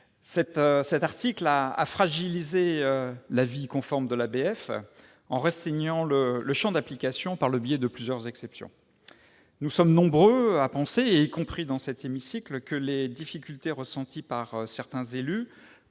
des Bâtiments de France, l'ABF, en restreignant le champ d'application par le biais de plusieurs exceptions. Nous sommes nombreux à penser, y compris dans cet hémicycle, que les difficultés ressenties par certains élus